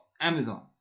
Amazon